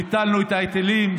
ביטלנו את ההיטלים,